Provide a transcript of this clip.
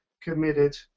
committed